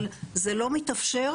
אבל זה לא מתאפשר,